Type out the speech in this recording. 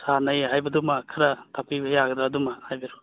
ꯁꯥꯟꯅꯩ ꯍꯥꯏꯕꯗꯨꯃ ꯈꯔꯥ ꯇꯥꯛꯄꯤꯕ ꯌꯥꯒꯗ꯭ꯔꯥ ꯑꯗꯨꯃ ꯍꯥꯏꯕꯤꯔꯣ